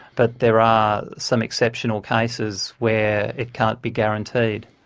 but there are some exceptional cases where it can't be guaranteed.